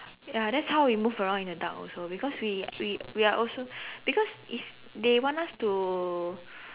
ya that's how we move around in the dark also because we we we are also because if they want us to